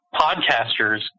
podcasters